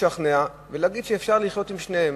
לשכנע ולהגיד שאפשר לחיות עם שניהם: